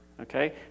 Okay